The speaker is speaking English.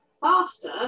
faster